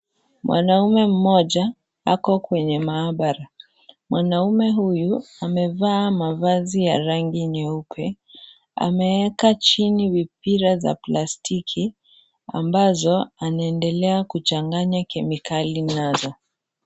Mwanaume mmoja, ako kwenye maabara, mwanaume huyu, amevaa mavazi ya rangi nyeupe, ameeka chini vipira za plastiki, ambazo anaendelea kuchanganya kemikali nazo.